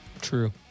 True